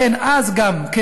לכן גם אז,